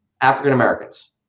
African-Americans